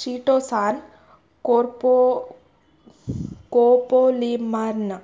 chitosan ಕೋಪೋಲಿಮರ್ನ